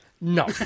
No